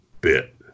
bit